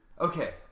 Okay